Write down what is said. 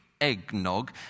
eggnog